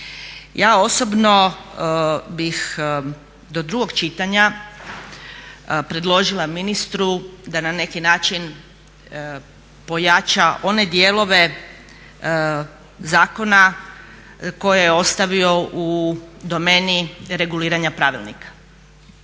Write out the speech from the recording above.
Ja osobno bih do drugog čitanja predložila ministru da na neki način pojača one dijelove zakona koje je ostavio u domeni reguliranja pravilnika.